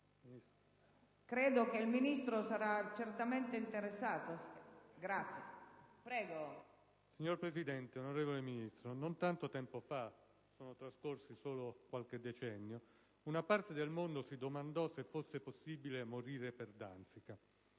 Signora Presidente, onorevole Ministro, non tanto tempo fa - è trascorso solo qualche decennio - una parte del mondo si domandò se fosse possibile morire per Danzica.